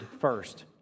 first